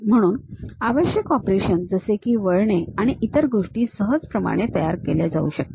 म्हणून आवश्यक ऑपरेशन्स जसे की वळणे आणि इतर गोष्टी सहजपणे तयार केल्या जाऊ शकतात